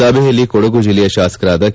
ಸಭೆಯಲ್ಲಿ ಕೊಡಗು ಜಿಲ್ಲೆಯ ಶಾಸಕರಾದ ಕೆ